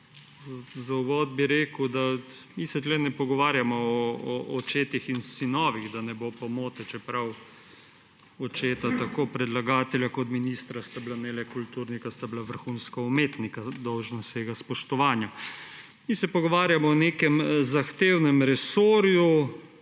Za uvod bi rekel, da se mi tukaj ne pogovarjamo o očetih in sinovih, da ne bo pomote, čeprav sta bila očeta tako predlagatelja kot ministra ne le kulturnika, bila sta vrhunska umetnika, dolžna vsega spoštovanja. Mi se pogovarjamo o nekem zahtevnem resorju,